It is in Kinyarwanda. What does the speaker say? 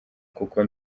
kuko